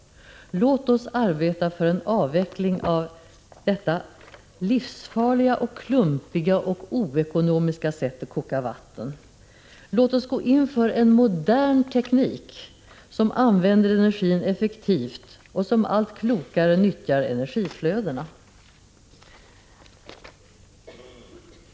Låt oss arbeta för en avveckling av detta livsfarliga, klumpiga och oekonomiska sätt att koka vatten! Låt oss gå in för en modern teknik, där energin används effektivt och energiflödena nyttjas på ett klokare sätt!